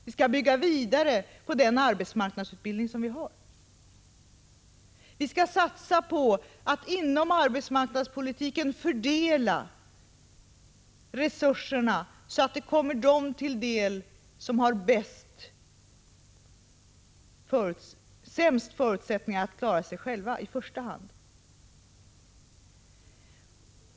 Vi skall bygga vidare på den arbetsmarknadsutbildning som vi har. Vi skall satsa på att inom arbetsmarknadspolitiken fördela resurserna så att de i första hand kommer dem till del som har sämst förutsättningar att klara sig själva.